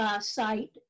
site